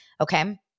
Okay